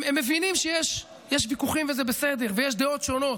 הם מבינים שיש ויכוחים, וזה בסדר, ויש דעות שונות.